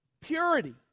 Purity